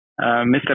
Mr